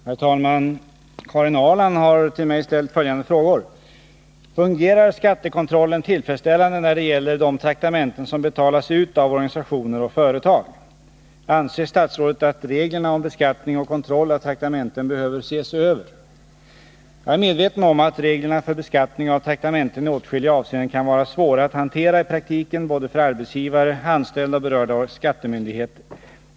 Herr talman! Karin Ahrland har till mig ställt följande frågor. 1. Fungerar skattekontrollen tillfredsställande när det gäller de traktamenten som betalas ut av organisationer och företag? 2. Anser statsrådet att reglerna om beskattning och kontroll av traktamenten behöver ses över? Jag är medveten om att reglerna för beskattning av traktamenten i åtskilliga avseenden kan vara svåra att hantera. i praktiken för både arbetsgivare, anställda och berörda skattemyndigheter.